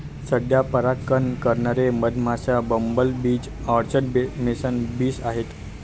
सध्या परागकण करणारे मधमाश्या, bumble bee, orchard mason bees आहेत